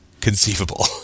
conceivable